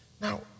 Now